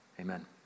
amen